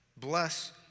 Bless